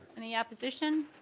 any opposition?